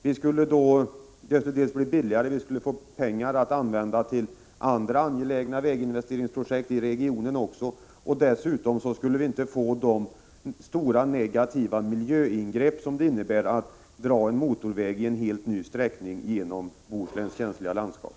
Detta skulle bli billigare med påföljd att vi skulle få pengar även till andra angelägna väginvesteringsprojekt inom regionen. Dessutom skulle det inte bli fråga om de stora negativa miljöingrepp som skulle bli följden, om man valde att bygga en motorväg med en helt ny sträckning genom Bohusläns känsliga landskap.